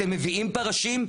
אתם מביאים פרשים,